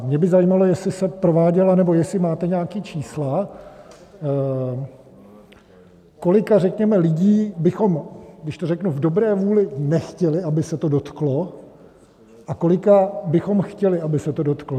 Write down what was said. Mě by zajímalo, jestli se prováděla... nebo jestli máte nějaká čísla, kolika lidí bychom v dobré vůli nechtěli, aby se to dotklo, a kolika bychom chtěli, aby se to dotklo.